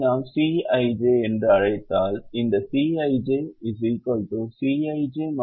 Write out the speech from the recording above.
இதை நாம் Cꞌij என்று அழைத்தால் இந்த Cꞌij Cij ui vj